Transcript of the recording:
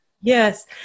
Yes